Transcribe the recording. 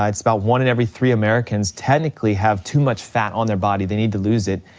um it's about one in every three americans technically have too much fat on their body, they need to lose it.